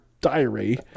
diary